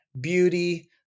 beauty